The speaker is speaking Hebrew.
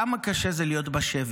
כמה קשה זה להיות בשבי.